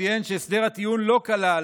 שציין שהסדר הטיעון לא כלל